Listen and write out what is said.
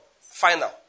final